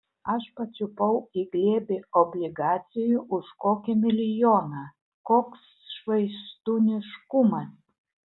aš pačiupau į glėbį obligacijų už kokį milijoną koks švaistūniškumas